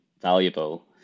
valuable